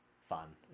Fun